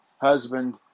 husband